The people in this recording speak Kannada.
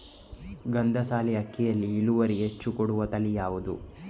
ಗಂಧಸಾಲೆ ಅಕ್ಕಿಯಲ್ಲಿ ಇಳುವರಿ ಹೆಚ್ಚು ಕೊಡುವ ತಳಿ ಯಾವುದು?